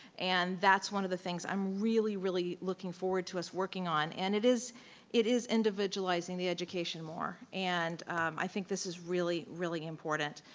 and that's one of the things i'm really, really looking forward to us working on, and it is it is individualizing the education more. and i think this is really, really important.